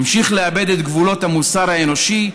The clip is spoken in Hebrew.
נמשיך לאבד את גבולות המוסר האנושי,